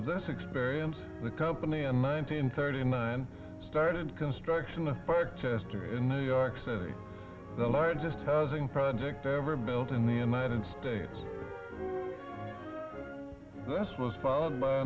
of this experience the company a nineteen thirty nine started construction a fire tester in new york city the largest housing project ever built in the united states that's most followed by